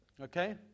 Okay